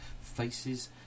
faces